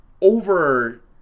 over